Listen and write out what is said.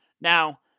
Now